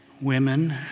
women